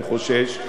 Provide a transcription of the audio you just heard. אני חושש,